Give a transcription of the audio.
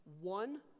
One